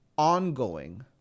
ongoing